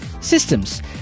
Systems